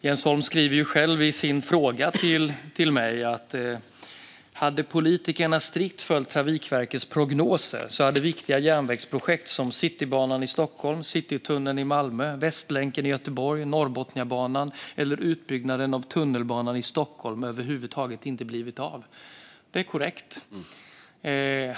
Jens Holm skriver själv i sin fråga till mig: "Hade politikerna strikt följt Trafikverkets prognoser hade viktiga järnvägsprojekt som Citybanan i Stockholm, Citytunneln i Malmö, Västlänken i Göteborg, Norrbotniabanan eller utbyggnaden av tunnelbanan i Stockholm över huvud taget inte blivit av." Detta är korrekt.